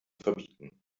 verbieten